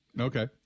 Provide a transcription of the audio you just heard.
Okay